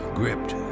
gripped